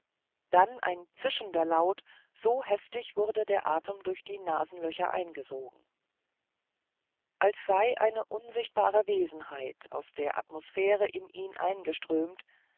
dann ein zischender laut so heftig wurde der atem durch die nasenlöcher angesogen als sei eine unsichtbare wesenheit aus der atmosphäre in ihn eingeströmt